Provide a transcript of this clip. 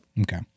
Okay